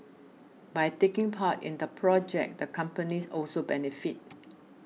by taking part in the project the companies also benefit